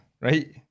Right